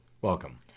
Welcome